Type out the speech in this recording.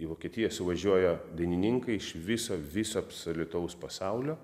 į vokietiją suvažiuoja dainininkai iš viso viso absoliutaus pasaulio